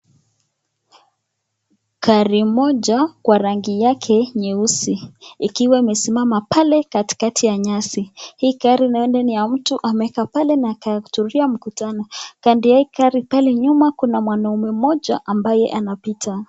Gari moja yenye rangi yake nyeusi ikiwa imesima pale katikati nyasi , hii gari naona ni ya mtu ameekaa pale kutulia mkutano kando yake pale nyuma kuna mwanaume moja ambaye anapita.